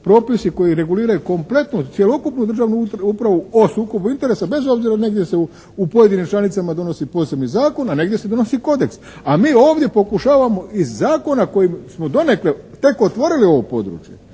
propisi koji reguliraju kompletnu, cjelokupnu državnu upravu o sukobu interesa bez obzira negdje se u pojedinim članicama donosi posebni zakon a negdje se donosi kodeks. A mi ovdje pokušavamo iz zakona kojim smo donekle tek otvorili ovo područje